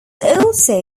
also